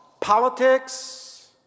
politics